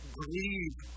grieve